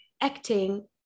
acting